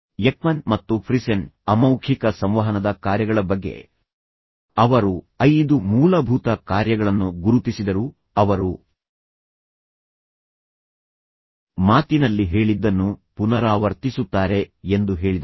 Ekman ಮತ್ತು Friesen ಅಮೌಖಿಕ ಸಂವಹನದ ಕಾರ್ಯಗಳ ಬಗ್ಗೆ ಅವರು ಐದು ಮೂಲಭೂತ ಕಾರ್ಯಗಳನ್ನು ಗುರುತಿಸಿದರು ಅವರು ಮಾತಿನಲ್ಲಿ ಹೇಳಿದ್ದನ್ನು ಪುನರಾವರ್ತಿಸುತ್ತಾರೆ ಎಂದು ಹೇಳಿದರು